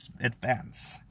advance